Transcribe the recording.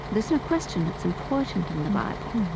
there's no question it's important in the bible,